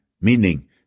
meaning